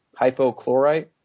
hypochlorite